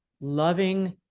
loving